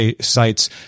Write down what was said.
sites